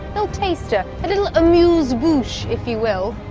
little taster, a little amuse-bouche, if you will.